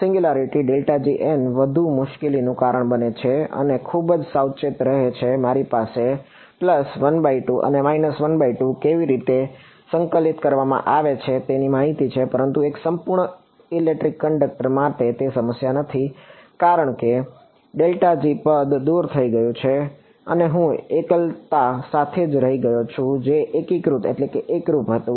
singularity વધુ મુશ્કેલીનું કારણ બને છે અને ખૂબ જ સાવચેત રહે છે મારી પાસે અને કેવી રીતે સંકલિત કરવામાં આવે છે તેની માહિતી છે પરંતુ એક સંપૂર્ણ ઇલેક્ટ્રિક કંડક્ટર માટે તે સમસ્યા નથી કારણ કે પદ દૂર થઈ ગયુ છે અને હું એકલતા સાથે જ રહી ગયો છું જે એકીકૃત હતું